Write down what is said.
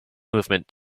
movement